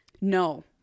No